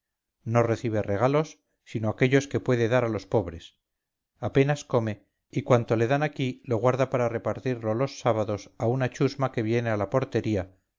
no recibe regalos sino aquellos que puede dar a los pobres apenas come y cuanto le dan aquí lo guarda para repartirlo los sábados a una chusma que viene a la portería